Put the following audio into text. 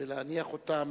ולהניח אותם